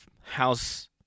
house